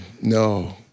No